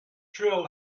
drill